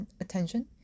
attention